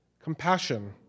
Compassion